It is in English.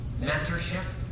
Mentorship